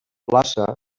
plaça